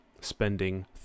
spending